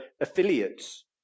affiliates